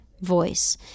voice